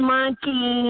Monkey